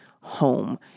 home